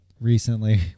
recently